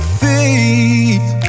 faith